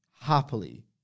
happily